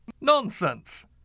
Nonsense